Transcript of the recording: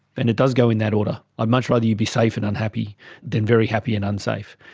and it does go in that order. i'd much rather you be safe and unhappy than very happy and unsafe.